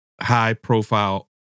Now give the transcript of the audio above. high-profile